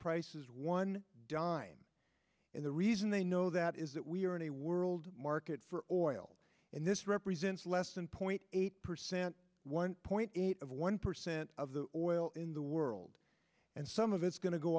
prices one dime in the reason they know that is that we are in a world market for oil in this represents less than point eight percent one point eight of one percent of the oil in the world and some of it's go